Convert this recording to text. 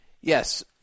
Yes